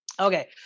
Okay